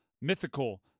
mythical